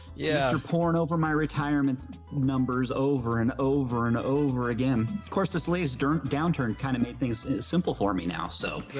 yeah. you're pouring over my retirement numbers over and over and over again. of course, this leaves downturn kind of made things simple for me now, so